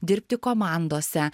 dirbti komandose